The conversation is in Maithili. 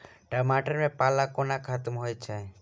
टमाटर मे पाला कोना खत्म होइ छै?